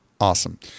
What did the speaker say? Awesome